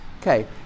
Okay